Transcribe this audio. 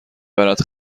برد